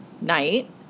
night